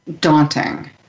daunting